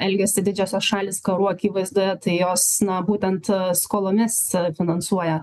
elgiasi didžiosios šalys karų akivaizdoje tai jos na būtent skolomis finansuoja